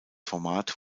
format